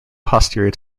posterior